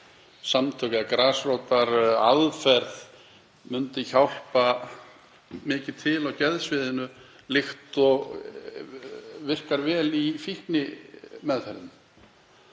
eða grasrótaraðferð myndi hjálpa mikið til á geðsviðinu líkt og virkar vel í fíknimeðferðum.